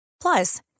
Plus